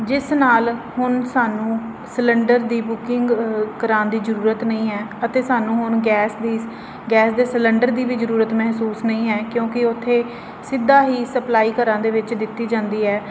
ਜਿਸ ਨਾਲ ਹੁਣ ਸਾਨੂੰ ਸਿਲੰਡਰ ਦੀ ਬੁਕਿੰਗ ਕਰਾਉਣ ਦੀ ਜ਼ਰੂਰਤ ਨਹੀਂ ਹੈ ਅਤੇ ਸਾਨੂੰ ਹੁਣ ਗੈਸ ਦੀ ਗੈਸ ਦੇ ਸਿਲੰਡਰ ਦੀ ਵੀ ਜਰੂਰਤ ਮਹਿਸੂਸ ਨਹੀਂ ਹੈ ਕਿਉਂਕਿ ਉੱਥੇ ਸਿੱਧਾ ਹੀ ਸਪਲਾਈ ਘਰਾਂ ਦੇ ਵਿੱਚ ਦਿੱਤੀ ਜਾਂਦੀ ਹੈ